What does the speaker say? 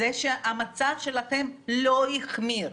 הוא שהמצב שלכם לא החמיר.